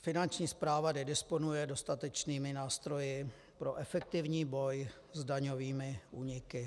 Finanční správa nedisponuje dostatečnými nástroji pro efektivní boj s daňovými úniky.